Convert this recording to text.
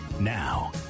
Now